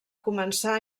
començar